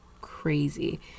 crazy